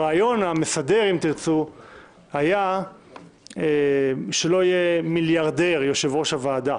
הרעיון המסדר היה שלא יהיה מיליארדר יושב-ראש הוועדה,